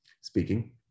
speaking